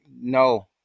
no